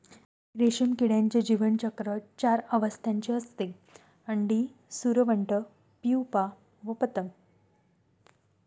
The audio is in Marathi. रेशीम किड्याचे जीवनचक्र चार अवस्थांचे असते, अंडी, सुरवंट, प्युपा व पतंग